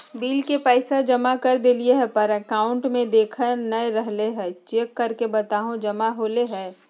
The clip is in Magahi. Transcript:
बिल के पैसा जमा कर देलियाय है पर अकाउंट में देखा नय रहले है, चेक करके बताहो जमा होले है?